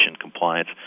compliance